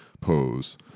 pose